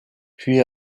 puis